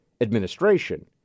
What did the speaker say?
administration